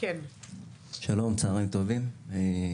מירב בן ארי, יו"ר ועדת ביטחון פנים: